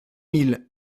mille